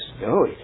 No